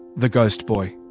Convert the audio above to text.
the ghost boy.